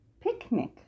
Picnic